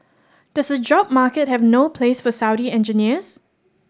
does the job market have no place for Saudi engineers